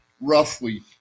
roughly